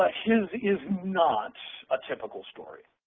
ah his is not a typical story.